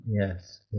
yes